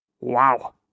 Wow